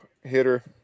hitter